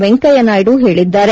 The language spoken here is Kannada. ವೆಂಕಯ್ಯ ನಾಯ್ದು ಹೇಳಿದ್ದಾರೆ